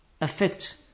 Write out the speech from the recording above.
affect